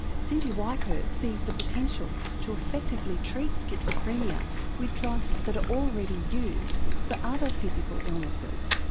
cyndi weickert sees the potential to effectively treat schizophrenia with drugs that are already used for other physical illnesses.